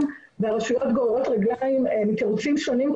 והרשויות גוררות רגליים מתירוצים שונים,